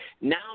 Now